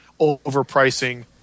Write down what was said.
overpricing